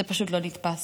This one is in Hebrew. זה פשוט לא נתפס.